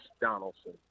Donaldson